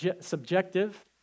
subjective